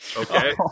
Okay